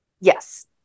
Yes